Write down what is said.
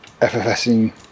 ffsing